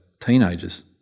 teenagers